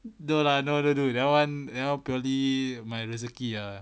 no lah no no dude that one that one purely my rezeki ah